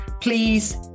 please